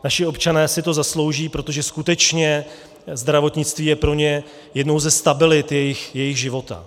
Naši občané si to zaslouží, protože skutečně zdravotnictví je pro ně jednou ze stabilit jejich života.